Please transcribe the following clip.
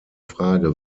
frage